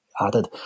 added